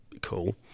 cool